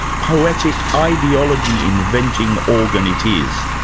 poetic, ideology-inventing organ it is.